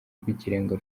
rw’ikirenga